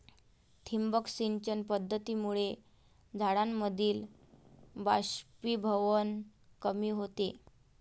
ठिबक सिंचन पद्धतीमुळे झाडांमधील बाष्पीभवन कमी होते